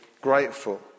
grateful